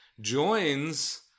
joins